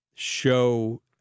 show